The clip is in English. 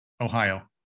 Ohio